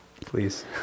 Please